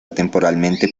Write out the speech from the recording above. temporalmente